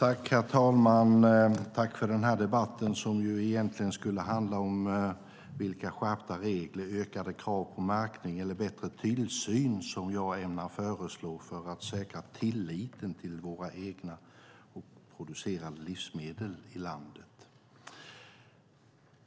Herr talman! Tack för den här debatten, som ju egentligen skulle handla om vilka skärpta regler, ökade krav på märkning eller bättre tillsyn som jag ämnar föreslå för att säkra tilliten till de livsmedel som produceras i landet.